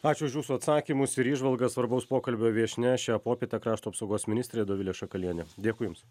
ačiū už jūsų atsakymus ir įžvalgas svarbaus pokalbio viešnia šią popietę krašto apsaugos ministrė dovilė šakalienė dėkui jums